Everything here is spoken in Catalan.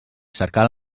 cercar